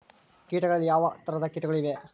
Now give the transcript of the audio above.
ಕೇಟಗಳಲ್ಲಿ ಯಾವ ಯಾವ ತರಹದ ಕೇಟಗಳು ಇವೆ?